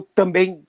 também